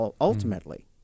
ultimately